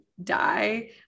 die